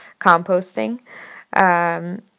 composting